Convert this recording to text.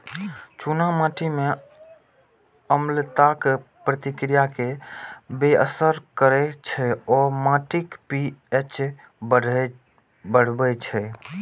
चूना माटि मे अम्लताक प्रतिक्रिया कें बेअसर करै छै आ माटिक पी.एच बढ़बै छै